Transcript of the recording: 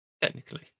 Technically